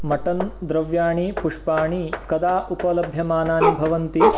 mutton द्रव्याणि पुष्पाणि कदा उपलभ्यमानानि भवन्ति